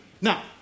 Now